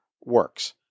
works